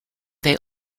they